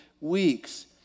weeks